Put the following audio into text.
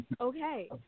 okay